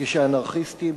כשאנרכיסטים,